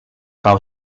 kau